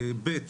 ב.